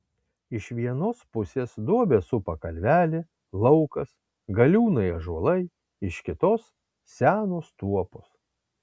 iš vienos pusės duobę supa kalvelė laukas galiūnai ąžuolai iš kitos senos tuopos